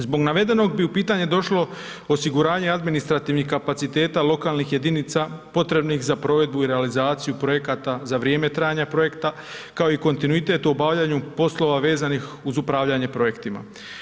Zbog navedenog bi u pitanje došlo osiguranje administrativnih kapaciteta lokalnih jedinica potrebnih za provedbu i realizaciju projekata za vrijeme trajanja projekta kao i kontinuitet u obavljanju poslova vezanih uz upravljanje projektima.